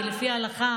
כי לפי ההלכה